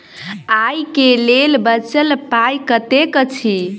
आइ केँ लेल बचल पाय कतेक अछि?